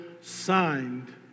signed